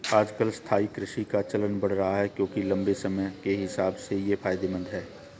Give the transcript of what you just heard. आजकल स्थायी कृषि का चलन बढ़ रहा है क्योंकि लम्बे समय के हिसाब से ये फायदेमंद है